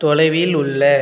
தொலைவில் உள்ள